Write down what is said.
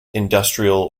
industrial